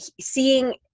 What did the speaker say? seeing